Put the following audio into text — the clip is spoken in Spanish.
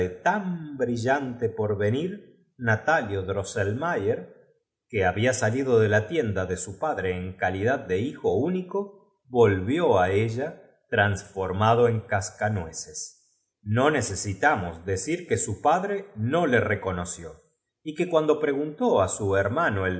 tan brillante porvenir natalio drosselmayer que babia salido de la tienda de su padre en calidad de hijo único volvió á ella transformado en cascanueces no necesitamos decir que su padre no le reconoció y que cuando preguntó á su hermano